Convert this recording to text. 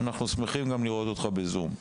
אנחנו שמחים גם לראות אותך ב- Zoom.